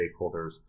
stakeholders